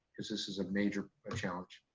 cause this is a major challenge.